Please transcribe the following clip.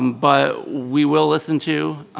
um but we will listen to,